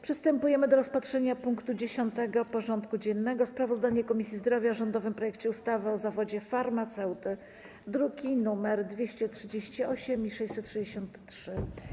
Przystępujemy do rozpatrzenia punktu 10. porządku dziennego: Sprawozdanie Komisji Zdrowia o rządowym projekcie ustawy o zawodzie farmaceuty (druki nr 238 i 663)